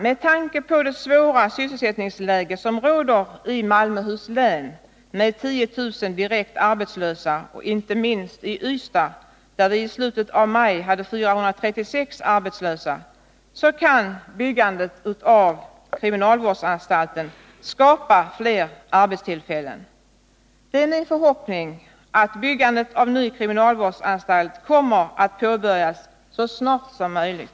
Med tanke på det svåra sysselsättningsläge som råder i Malmöhus län — med 10 000 direkt arbetslösa, inte minst i Ystad, där vi i slutet av maj hade 436 arbetslösa — är det bra om byggandet av kriminalvårdsanstalten kan skapa fler arbetstillfällen. Det är därför min förhoppning att byggandet av en ny kriminalvårdsanstalt kommer att påbörjas så snart som möjligt.